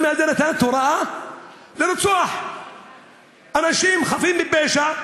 הזה נתן את ההוראה לרצוח אנשים חפים מפשע,